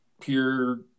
pure